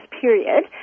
period